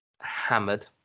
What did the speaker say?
hammered